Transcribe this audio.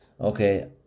okay